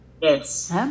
Yes